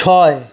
ছয়